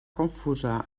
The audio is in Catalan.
confusa